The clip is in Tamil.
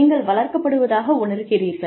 நீங்கள் வளர்க்கப்படுவதாக உணர்கிறீர்கள்